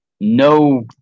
no